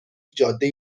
جاده